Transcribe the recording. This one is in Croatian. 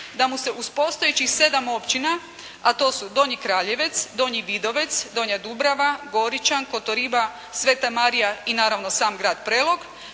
da mu se uz postojećih 7 općina a to su: Donji Kraljevec, Donji Vidovec, Donja Dubrava, Goričan, Kotoriba, Sveta Marija i naravno sam grad Prelog